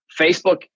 Facebook